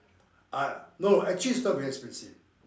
uh no actually it's not very expensive